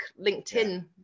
LinkedIn